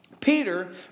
Peter